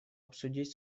обсудить